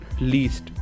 least